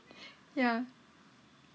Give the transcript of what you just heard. yeah